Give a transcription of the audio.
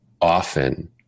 often